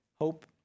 hope